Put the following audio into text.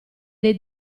dei